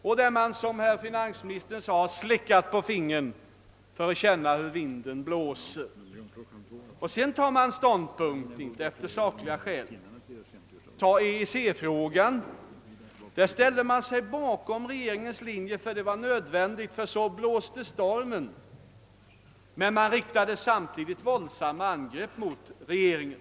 Man har, såsom finansministern sade, slickat på fingret för att känna hur vinden blåser, och sedan har man tagit ställning, inte efter sakliga överväganden. Låt oss t.ex. ta EEC-frågan, där man ställde sig bakom regeringens linje. I det fallet var det nödvändigt, ty så blåste stormen, men man riktade samtidigt våldsamma angrepp mot regeringen.